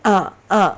uh uh